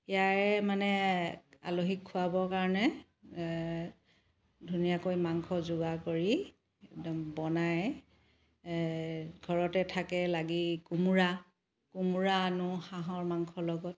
ইয়াৰে মানে আলহীক খোৱাবৰ কাৰণে ধুনীয়াকৈ মাংস যোগাৰ কৰি একদম বনাই ঘৰতে থাকে লাগি কোমোৰা কোমোৰা আনো হাঁহৰ মাংস লগত